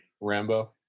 Rambo